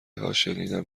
هاشنیدم